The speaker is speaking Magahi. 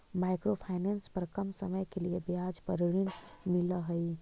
माइक्रो फाइनेंस पर कम समय के लिए ब्याज पर ऋण मिलऽ हई